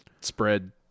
spread